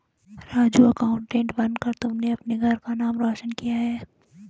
Raju accountant बनकर तुमने अपने घर का नाम रोशन किया है